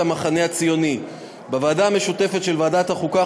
המחנה הציוני בוועדה המשותפת של ועדת החוקה,